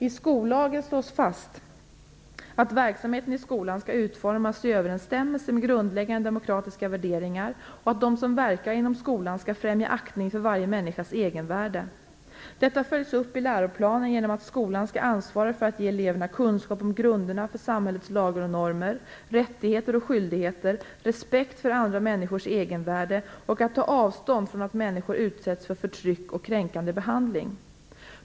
I skollagen slås fast att verksamheten i skolan skall utformas i överensstämmelse med grundläggande demokratiska värderingar och att de som verkar inom skolan skall främja aktning för varje människas egenvärde. Detta följs upp i läroplanen genom att skolan skall ansvara för att ge eleverna kunskap om grunderna för samhällets lagar och normer samt om rättigheter och skyldigheter, ge respekt för andra människors egenvärde och ta avstånd från att människor utsätts för förtryck och kränkande behandling.